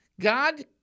God